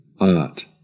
art